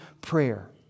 prayer